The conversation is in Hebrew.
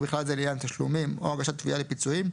ובכלל זה לעניין תשלומים או הגשת תביעה לפיצויים,